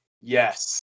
yes